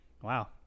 wow